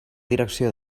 direcció